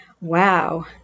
Wow